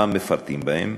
מה מפרטים בהם,